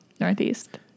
Northeast